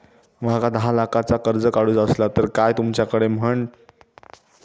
माका दहा लाखाचा कर्ज काढूचा असला तर काय तुमच्याकडे ग्हाण ठेवूचा लागात काय?